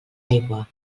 aigua